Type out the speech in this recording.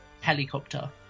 Helicopter